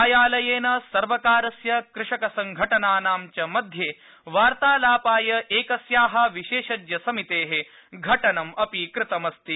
न्यायालयेन सर्वकारस्य कृषकसंघटनानां च मध्ये वार्तालापाय एकस्याः विशेषज्ञसमितेः घटनम् अपि कृतम् अस्ति